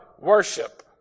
worship